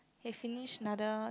they finished another